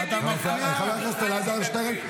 אני רוצה להזכיר לך משהו.